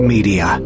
Media